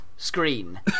screen